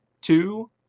two